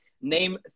name